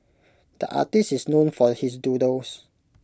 the artist is known for his doodles